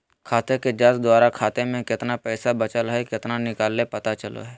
खाते के जांच द्वारा खाता में केतना पैसा बचल हइ केतना निकलय पता चलो हइ